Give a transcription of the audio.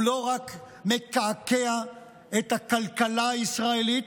הוא לא רק מקעקע את הכלכלה הישראלית.